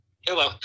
Hello